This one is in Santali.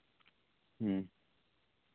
ᱦᱮᱸ